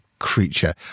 creature